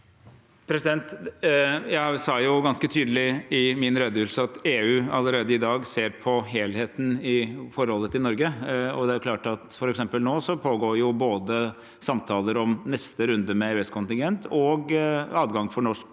Jeg sa ganske tydelig i min redegjørelse at EU allerede i dag ser på helheten i forholdet til Norge. Nå pågår det f.eks. både samtaler om neste runde med EØS-kontingent og adgang for norsk